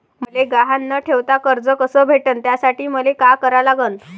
मले गहान न ठेवता कर्ज कस भेटन त्यासाठी मले का करा लागन?